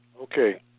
Okay